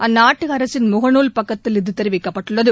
அந்நாட்டு அரசின் முகநூல் பக்கத்தில் இது தெரிவிக்கப்பட்டுள்ளது